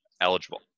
eligible